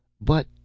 But—